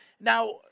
Now